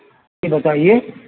جی بتائیے